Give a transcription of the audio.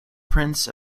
prince